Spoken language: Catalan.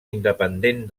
independent